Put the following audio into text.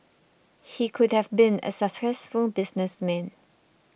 he could have been a successful businessman